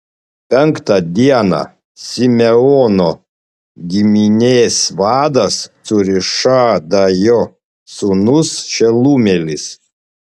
penktą dieną simeono giminės vadas cūrišadajo sūnus šelumielis